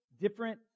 different